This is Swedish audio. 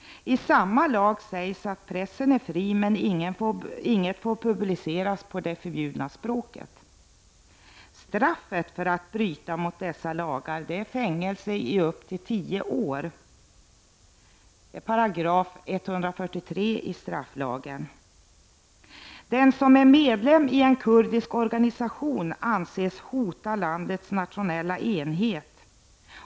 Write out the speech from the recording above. I samma lag sägs att pressen är fri men att inget får publiceras på det förbjudna språket. Straffet för att bryta mot dessa lagar är fängelse upp till tio år. enligt 143§ strafflagen. Den som är medlem i en kurdisk organisation anses hota landets natio nella enhet.